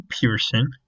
Pearson